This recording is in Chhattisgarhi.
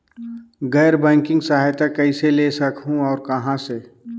गैर बैंकिंग सहायता कइसे ले सकहुं और कहाँ से?